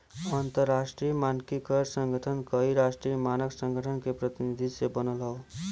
अंतरराष्ट्रीय मानकीकरण संगठन कई राष्ट्रीय मानक संगठन के प्रतिनिधि से बनल हौ